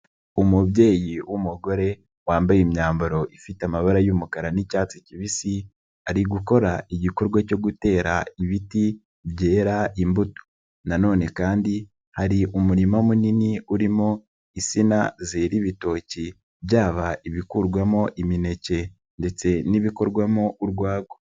Umubyeyi w'umugore wambaye imyambaro ifite amabara y'umukara n'icyatsi kibisi ari gukora igikorwa cyo gutera ibiti byera imbuto, nanone kandi hari umurima munini urimo insina zera ibitoki byaba ibikurwamo imineke ndetse n'ibikorwamo urwagwa.